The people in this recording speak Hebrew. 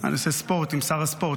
אני עושה ספורט עם שר הספורט,